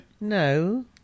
No